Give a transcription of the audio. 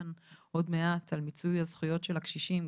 כאן עוד מעט על מיצוי זכויות הקשישים.